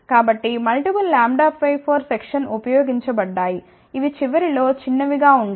కాబట్టి multiple λ 4 sections ఉపయోగించబడ్డాయి ఇవి చివరిలో చిన్నవిగా ఉంటాయి